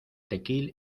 tequil